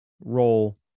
role